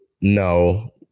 no